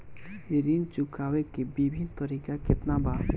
ऋण चुकावे के विभिन्न तरीका केतना बा?